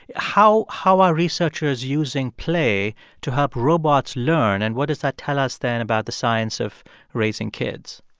how how are researchers using play to help robots learn, and what does that tell us then about the science of raising kids?